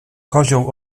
kozioł